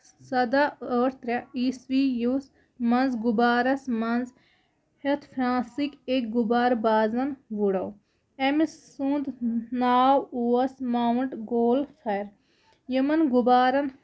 سَداہ ٲٹھ ترٛےٚ عیسوی یُس منٛز غُبارس منٛز ہیٚتھ فرانسٕکۍ أکۍ غُبارٕ بازَن وُڈو أمۍ سُند ناو اوس ماوُنٹ گول فایر یِمن غُبارَن